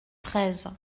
treize